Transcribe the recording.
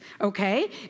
okay